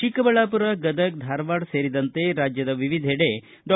ಚಿಕ್ಕಬಳ್ಳಾಪುರ ಗದಗ ಧಾರವಾಡ ಸೇರಿದಂತೆ ರಾಜದ ವಿವಿಧೆಡೆ ಡಾ